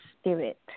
spirit